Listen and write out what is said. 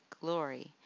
glory